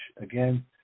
again